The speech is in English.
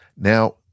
Now